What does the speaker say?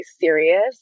serious